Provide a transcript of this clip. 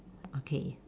okay